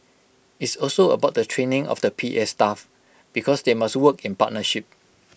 it's also about the training of the P A staff because they must work in partnership